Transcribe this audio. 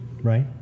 right